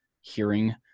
hearing